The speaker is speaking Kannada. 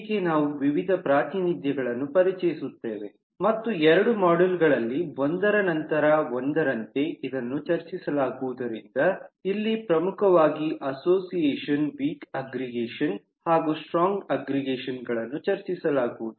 ಹೀಗೆ ನಾವು ವಿವಿಧ ಪ್ರಾತಿನಿಧ್ಯಗಳನ್ನು ಪರಿಚಯಿಸುತ್ತೇವೆ ಮತ್ತು ಎರಡು ಮಾಡ್ಯೂಲ್ ಗಳಲ್ಲಿ ಒಂದರ ನಂತರ ಒಂದರಂತೆ ಇದನ್ನು ಚರ್ಚಿಸಲಾಗುವುದರಿಂದ ಇಲ್ಲಿ ಪ್ರಮುಖವಾಗಿ ಅಸೋಸಿಯೇಷನ್ ವೀಕ್ ಅಗ್ರಿಗೇಷನ್ ಹಾಗೂ ಸ್ಟ್ರಾಂಗ್ ಅಗ್ರಿಗೇಷನ್ ಗಳನ್ನು ಚರ್ಚಿಸಲಾಗುವುದು